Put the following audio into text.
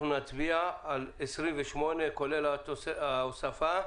אנחנו נצביע על 28 כולל ההוספה.